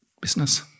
Business